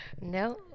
no